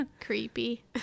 creepy